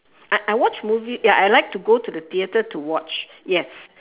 I I watch movie ya I like to go to the theatre to watch yes